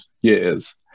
years